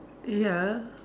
ya